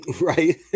right